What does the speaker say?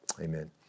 Amen